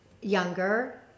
younger